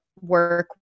work